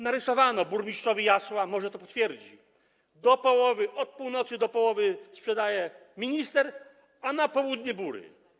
Narysowano burmistrzowi Jasła, może to potwierdzi: od północy do połowy sprzedaje minister, a na południe Bury.